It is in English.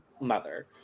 mother